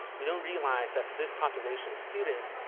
we don't realize that for this population of students,